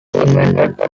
invented